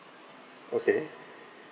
okay